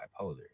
bipolar